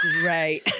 great